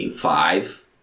five